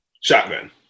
Shotgun